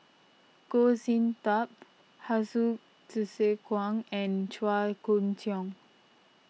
Goh Sin Tub Hsu Tse Kwang and Chua Koon Siong